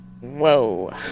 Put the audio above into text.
whoa